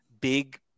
big